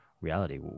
reality